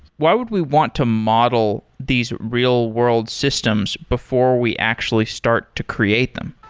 why would we want to model these real-world systems before we actually start to create them?